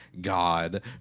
God